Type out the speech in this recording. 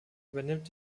übernimmt